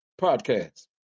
Podcast